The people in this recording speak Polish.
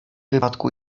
wypadku